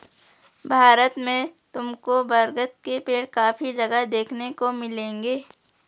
भारत में तुमको बरगद के पेड़ काफी जगह देखने को मिलेंगे